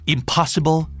Impossible